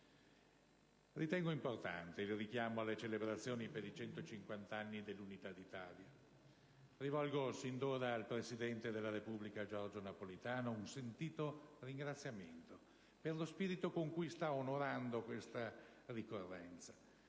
Ritengo importante richiamo alle celebrazioni per i 150 anni dell'Unità d'Italia. Rivolgo sin d'ora al presidente della Repubblica Giorgio Napolitano un sentito ringraziamento per lo spirito con cui sta onorando questa ricorrenza.